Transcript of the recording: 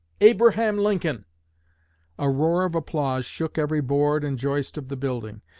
abraham lincoln a roar of applause shook every board and joist of the building.